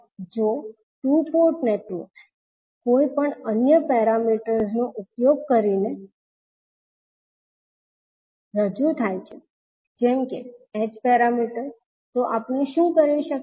હવે જો two port networks કોઈપણ અન્ય પેરામીટર્સનો ઉપયોગ કરીને રજૂ થાય છે જેમકે h પેરામીટર તો આપણે શું કરી શકીએ